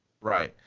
Right